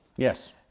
Yes